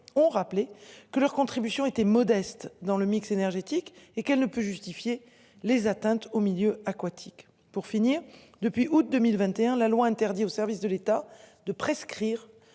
ont rappelé que leur contribution était modeste dans le mix énergétique et qu'elle ne peut justifier les atteintes aux milieux aquatiques pour finir depuis août 2021, la loi interdit aux services de l'État de prescrire